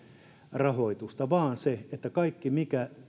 rahoitusta vaan että kaikki mikä